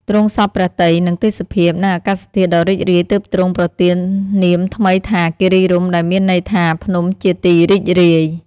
ទ្រង់សព្វព្រះទ័យនឹងទេសភាព និងអាកាសធាតុដ៏រីករាយ ទើបទ្រង់ប្រទាននាមថ្មីថា "គិរីរម្យ" ដែលមានន័យថា "ភ្នំជាទីរីករាយ"។